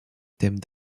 thèmes